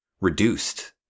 reduced